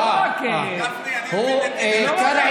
טיבי אומר שזה לא בסדר שאמרו שאביר קארה,